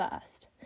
first